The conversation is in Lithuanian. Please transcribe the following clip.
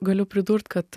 galiu pridurt kad